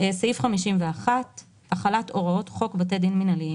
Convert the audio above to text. "החלת הוראות חוק בתי דין מינהליים